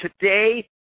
Today